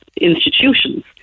institutions